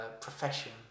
profession